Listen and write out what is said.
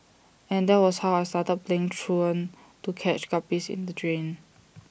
and that was how I started playing truant to catch guppies in the drain